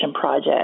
project